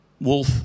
wolf